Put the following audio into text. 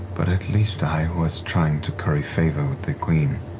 but at least i was trying to curry favor with the queen.